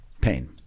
pain